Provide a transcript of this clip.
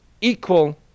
equal